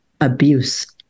abuse